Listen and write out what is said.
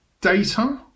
Data